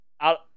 out